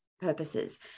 purposes